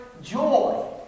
Joy